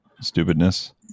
stupidness